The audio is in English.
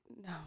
No